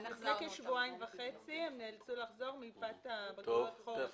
לפני כשבועיים וחצי הם נאלצו לחזור מפאת בגרויות החורף שלהם.